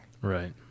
Right